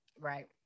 Right